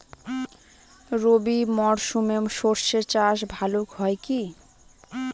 রবি মরশুমে সর্ষে চাস ভালো হয় কি?